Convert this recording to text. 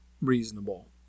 reasonable